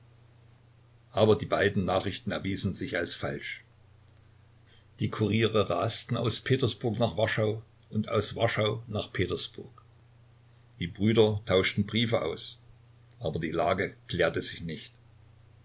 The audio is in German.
aber die beiden nachrichten erwiesen sich als falsch die kuriere rasten aus petersburg nach warschau und aus warschau nach petersburg die brüder tauschten briefe aus aber die lage klärte sich nicht